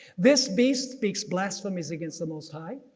this beast speaks blasphemies against the most high,